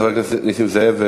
חבר הכנסת נסים זאב,